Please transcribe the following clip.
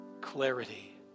clarity